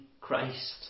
Christ